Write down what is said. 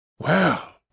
Well